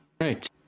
right